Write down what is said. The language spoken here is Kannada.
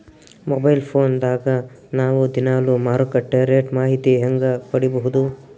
ಮೊಬೈಲ್ ಫೋನ್ ದಾಗ ನಾವು ದಿನಾಲು ಮಾರುಕಟ್ಟೆ ರೇಟ್ ಮಾಹಿತಿ ಹೆಂಗ ಪಡಿಬಹುದು?